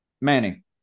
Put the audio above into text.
Manny